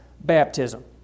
baptism